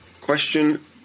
question